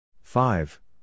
five